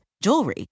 jewelry